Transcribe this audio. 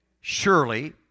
surely